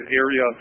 area